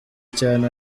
cyane